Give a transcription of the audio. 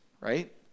right